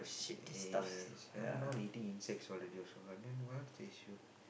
eh some more now they eating the insects already also got then what's the issue